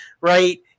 Right